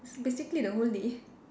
basically the whole day